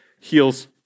heals